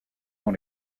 dans